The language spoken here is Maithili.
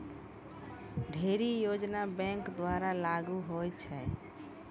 ढ़ेरी योजना बैंक द्वारा लागू होय छै